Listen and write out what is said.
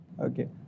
Okay